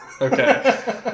Okay